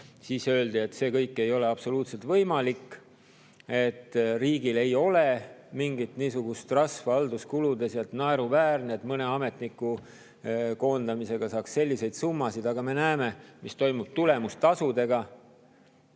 siis öeldi, et see kõik ei ole absoluutselt võimalik, riigil ei ole mingit niisugust rasva halduskuludes, naeruväärne [oleks mõelda, et] mõne ametniku koondamisega saaks selliseid summasid. Aga me näeme, mis toimub tulemustasudega.